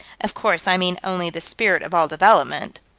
of course i mean only the spirit of all development.